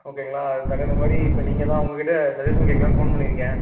ஓகேங்களா அதற்கு தகுந்தமாதிரி இப்போ நீங்க தான் உங்கள்கிட்ட சஜஷன் கேட்கலான்னு ஃபோன் பண்ணிருக்கேன்